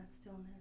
stillness